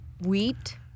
wheat